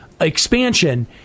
expansion